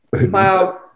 wow